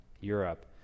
Europe